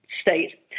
state